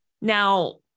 now